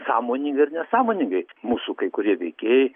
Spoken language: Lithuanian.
sąmoningai ar nesąmoningai mūsų kai kurie veikėjai